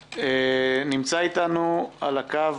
נמצא אתנו על הקו